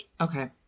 Okay